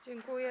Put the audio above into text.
Dziękuję.